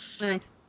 Nice